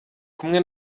kumwe